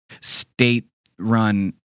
state-run